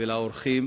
ולאורחים,